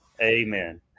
Amen